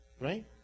right